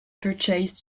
purchased